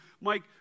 Mike